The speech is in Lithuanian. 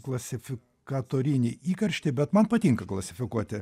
klasifikatorinį įkarštį bet man patinka klasifikuoti